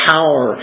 Power